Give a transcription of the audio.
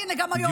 הינה, גם היו"ר.